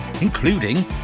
including